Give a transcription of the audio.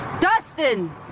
Dustin